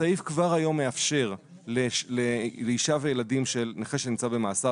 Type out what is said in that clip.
הסעיף כבר היום מאפשר לאישה וילדים של נכה שנמצא במאסר